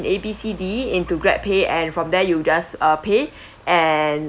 A B C D into Grab pay and from there you just uh pay and